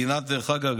דרך אגב,